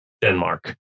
denmark